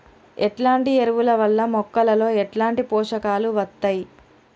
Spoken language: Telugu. ఎట్లాంటి ఎరువుల వల్ల మొక్కలలో ఎట్లాంటి పోషకాలు వత్తయ్?